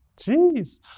Jeez